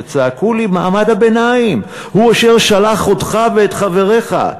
וצעקו לי: מעמד הביניים הוא אשר שלח אותך ואת חבריך,